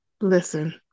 Listen